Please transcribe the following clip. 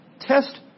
Test